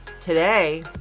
today